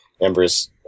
Ember's